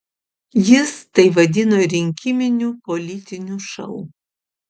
jis tai vadino rinkiminiu politiniu šou